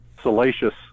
salacious